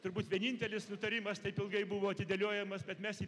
turbūt vienintelis nutarimas taip ilgai buvo atidėliojamas bet mes jį